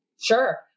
Sure